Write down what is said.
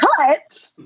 cut